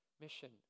mission